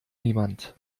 niemand